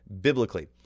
biblically